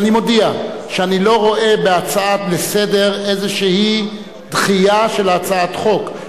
אני מודיע שאני לא רואה בהצעה לסדר-היום איזו דחייה של הצעת החוק,